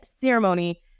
ceremony